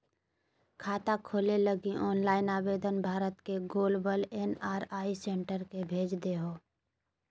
खाता खोले लगी ऑनलाइन आवेदन भर के ग्लोबल एन.आर.आई सेंटर के भेज देहो